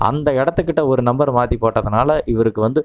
அந்த இடத்துக்கிட்ட ஒரு நம்பரை மாற்றி போட்டதுனால் இவருக்கு வந்து